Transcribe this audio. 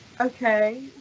Okay